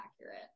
accurate